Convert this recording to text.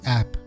app